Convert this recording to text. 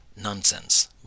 nonsense